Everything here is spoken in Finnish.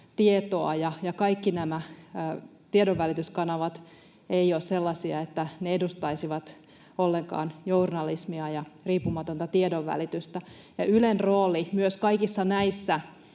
kaikki nämä tiedonvälityskanavat eivät ole sellaisia, että ne edustaisivat ollenkaan journalismia ja riippumatonta tiedonvälitystä. Ylen rooli myös kaikissa näissä